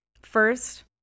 First